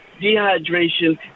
Dehydration